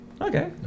Okay